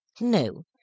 No